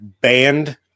banned